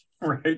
right